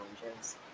challenges